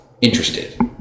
interested